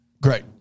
Great